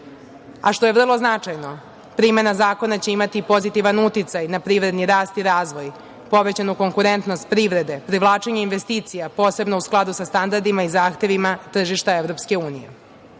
a što je vrlo značajno, primena zakona će imati pozitivan uticaj na privredni rast i razvoj, povećanu konkurentnost privrede, privlačenje investicija, posebno u skladu sa standardima i zahtevima tržišta